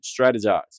strategize